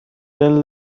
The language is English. tell